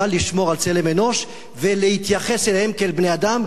אבל לשמור על צלם אנוש ולהתייחס אליהם כאל בני-אדם,